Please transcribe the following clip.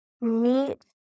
meet